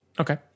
Okay